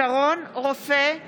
שרון רופא אופיר,